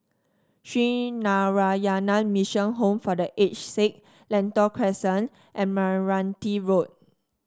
Sree Narayana Mission Home for The Aged Sick Lentor Crescent and Meranti Road